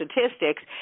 statistics